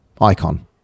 icon